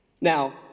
Now